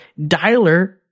dialer